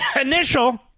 initial